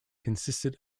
consisted